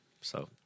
So-